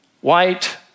white